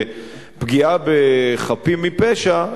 בפגיעה בחפים מפשע,